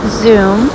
zoom